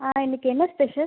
ஆ இன்னைக்கு என்ன ஸ்பெஷல்